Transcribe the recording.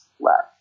left